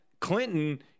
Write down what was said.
Clinton—